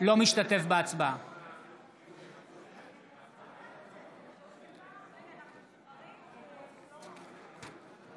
אינו משתתף בהצבעה אורלי לוי אבקסיס, בעד עידית